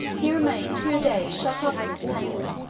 he remained two days shut up in his tent,